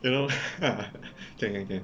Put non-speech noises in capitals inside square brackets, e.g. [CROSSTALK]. you know [LAUGHS] can can can